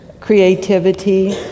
creativity